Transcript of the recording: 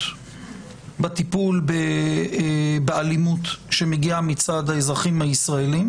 בטיפול באלימות שמגיעה מצד האזרחים הישראלים,